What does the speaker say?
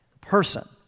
Person